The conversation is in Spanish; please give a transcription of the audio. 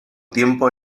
tiempo